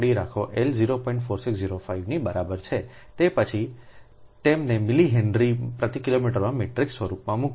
4605 ની બરાબર છે પછી તેમને મિલિ હેનરીમાં પ્રતિ કિલોમીટરમાં મેટ્રિક્સ સ્વરૂપમાં મૂકો